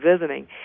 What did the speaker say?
visiting